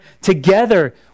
together